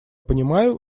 понимаю